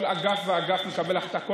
כל אגף ואגף מקבל החלטה,